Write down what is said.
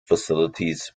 facilities